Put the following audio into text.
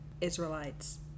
Israelites